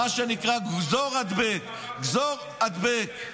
מה שנקרא גזור-הדבק, גזור-הדבק.